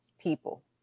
people